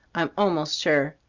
i'm almost sure.